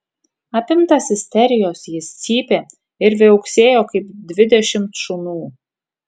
apimtas isterijos jis cypė ir viauksėjo kaip dvidešimt šunų